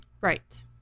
Right